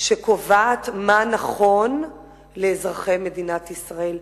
שקובעת מה נכון לאזרחי מדינת ישראל.